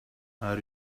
are